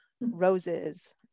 roses